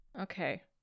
Okay